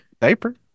diaper